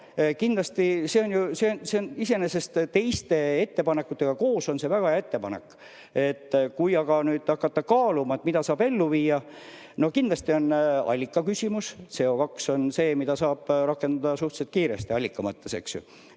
kindlasti see iseenesest teiste ettepanekutega koos on väga hea ettepanek. Kui aga hakata nüüd kaaluma, mida saab ellu viia, siis kindlasti on allikaküsimus. CO2on see, mida saab rakendada suhteliselt kiiresti allika mõttes,